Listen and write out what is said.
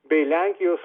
bei lenkijos